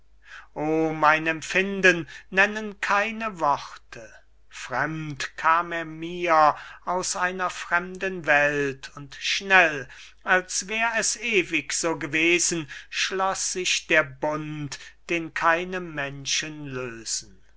o mein empfinden nennen keine worte fremd kam er mir aus einer fremden welt und schnell als wär es ewig so gewesen schloß sich der bund den keine menschen lösen